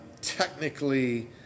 technically